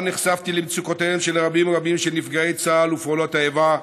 נחשפתי למצוקותיהם של רבים רבים מנפגעי צה"ל ופעולות איבה,